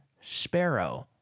Sparrow